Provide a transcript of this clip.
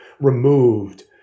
removed